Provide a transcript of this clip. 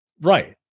right